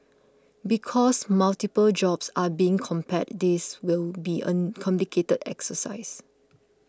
because multiple jobs are being compared this will be an complicated exercise